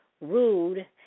rude